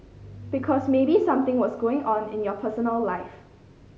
because maybe something was going on in your personal life